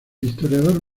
historiador